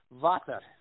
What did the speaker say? water